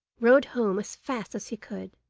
rode home as fast as he could.